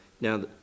Now